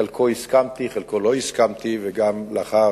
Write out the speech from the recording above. עם חלקו הסכמתי ועם חלקו לא הסכמתי, וגם לאחר,